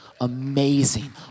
amazing